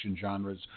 genres